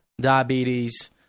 diabetes